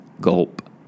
gulp